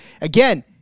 again